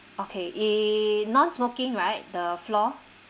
okay uh non smoking right the floor